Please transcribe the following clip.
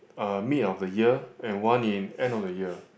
uh mid of the year and one in end of the year